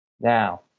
Now